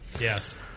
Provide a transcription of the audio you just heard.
Yes